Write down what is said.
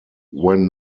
when